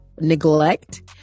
neglect